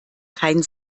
kein